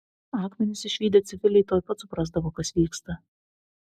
akmenis išvydę civiliai tuoj pat suprasdavo kas vyksta